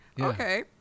Okay